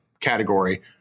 category